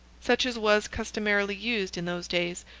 such as was customarily used in those days,